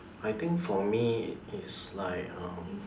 I think for me is like um